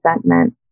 resentment